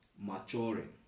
maturing